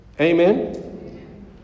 amen